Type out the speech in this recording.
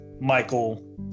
Michael